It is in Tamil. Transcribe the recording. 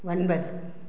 ஒன்பது